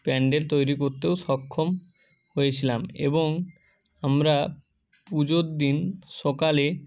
প্যান্ডেল তৈরি করতেও সক্ষম হয়েছিলাম এবং আমরা পুজোর দিন সকালে